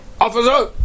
officer